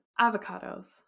avocados